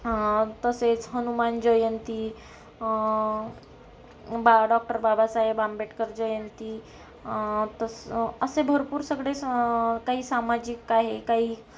तसेच हनुमान जयंती बा डॉक्टर बाबासाहेब आंबेडकर जयंती तसं असे भरपूर सगळे स काही सामाजिक काही काही